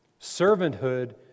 Servanthood